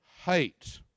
hate